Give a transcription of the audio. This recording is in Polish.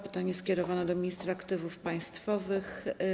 Pytanie jest skierowane do ministra aktywów państwowych.